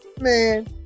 Man